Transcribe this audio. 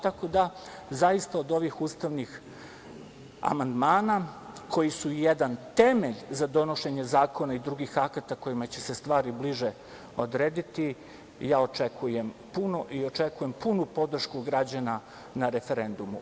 Tako da zaista od ovih ustavnih amandmana koji su jedan temelj za donošenje zakona i drugih akata kojima će se stvari bliže odrediti, ja očekujem puno i očekujem punu podršku građana na referendumu.